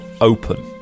open